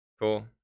Cool